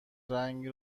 رنگ